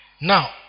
Now